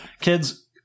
Kids